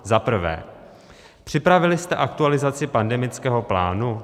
Za prvé, připravili jste aktualizaci pandemického plánu?